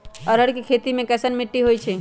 अरहर के खेती मे कैसन मिट्टी होइ?